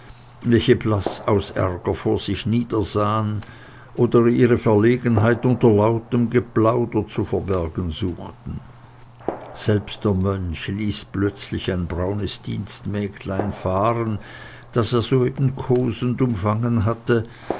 welche blaß aus ärger vor sich niedersahen oder ihre verlegenheit unter lautem geplauder zu verbergen suchten selbst der mönch ließ plötzlich ein braunes dienstmägdlein fahren das er soeben kosend umfangen hatte